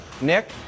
Nick